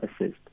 assist